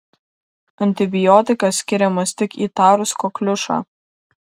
antibiotikas skiriamas tik įtarus kokliušą